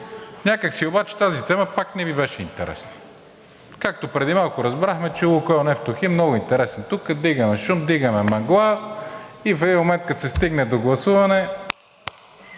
Някак си обаче тази тема пак не Ви беше интересна, както преди малко разбрахме, че „Лукойл Нефтохим“ е много интересен тук – вдигаме шум, вдигаме мъгла и в един момент, като се стигне до гласуване: